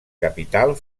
capital